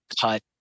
cut